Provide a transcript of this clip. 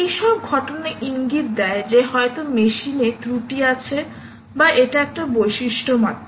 এই সব ঘটনা ইঙ্গিত দেয় যে হয়তো মেশিন এ ত্রুটি আছে বা এটা একটা বৈশিষ্ট্য মাত্র